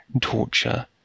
torture